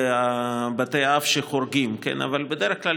ובתי אב שחורגים, אבל בדרך כלל